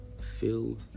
Fill